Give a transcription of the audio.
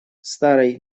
старой